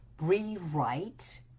rewrite